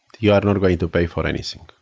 you are not going to pay for anything.